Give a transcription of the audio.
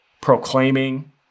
proclaiming